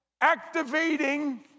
activating